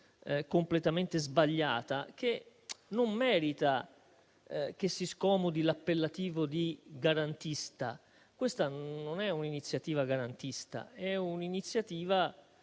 completamente sbagliato, che non merita che si scomodi l'appellativo di garantista. Questa non è un'iniziativa garantista: è un'iniziativa